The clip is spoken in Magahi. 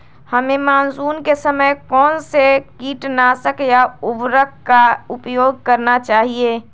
हमें मानसून के समय कौन से किटनाशक या उर्वरक का उपयोग करना चाहिए?